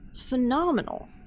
phenomenal